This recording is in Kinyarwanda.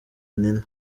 nina